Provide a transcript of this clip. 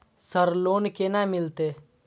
Sir loan केना मिलते?